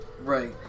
right